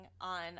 on